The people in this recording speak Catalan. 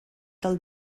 del